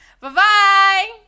Bye-bye